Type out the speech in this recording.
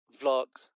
vlogs